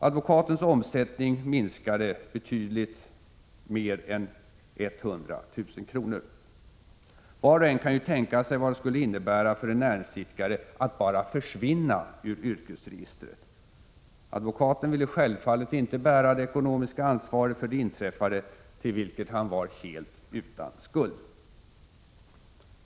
Advokatens omsättning minskade med betydligt mer än 100 000 kr. Var och en kan ju tänka sig vad det skulle innebära för en näringsidkare att bara försvinna ur yrkesregistret. Advokaten ville självfallet inte bära det ekonomiska ansvaret för det inträffade, till vilket han var helt utan skuld.